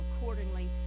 accordingly